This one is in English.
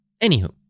Anywho